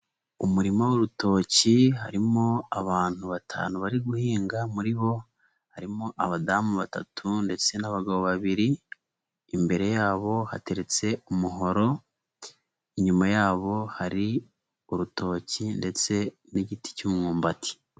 Umurima w'urutoki harimo abantu batanu bari guhinga, muri bo harimo abadamu batatu ndetse n'abagabo babiri, imbere yabo hateretse umuhoro, inyuma yabo hari urutoki ndetse n'igiti cy'umwumbati.